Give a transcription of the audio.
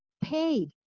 paid